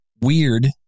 weird